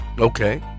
Okay